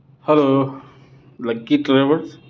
hello lucky travels